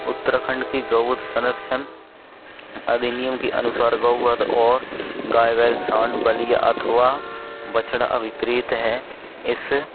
उत्तराखंड की गौ वध संरक्षण अधिनियम की अनुसार गऊ वध और गाय भैंस सांड बली अथवा बछड़ा अधिकृत है इस